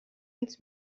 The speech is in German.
ins